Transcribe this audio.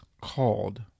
called